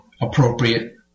appropriate